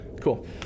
cool